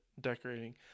decorating